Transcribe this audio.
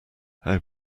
how